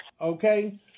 Okay